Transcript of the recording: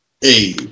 Hey